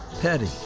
Petty